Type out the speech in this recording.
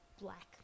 black